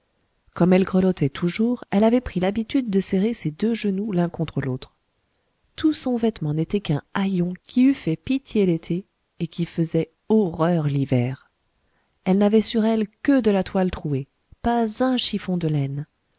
comme elle grelottait toujours elle avait pris l'habitude de serrer ses deux genoux l'un contre l'autre tout son vêtement n'était qu'un haillon qui eût fait pitié l'été et qui faisait horreur l'hiver elle n'avait sur elle que de la toile trouée pas un chiffon de laine